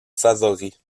favoris